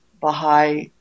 Baha'i